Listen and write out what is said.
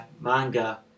manga